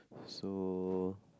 so